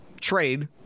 trade